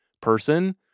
person